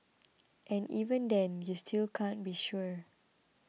and even then you still can't be sure